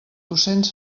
docents